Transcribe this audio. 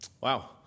Wow